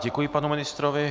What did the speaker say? Děkuji panu ministrovi.